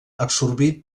absorbit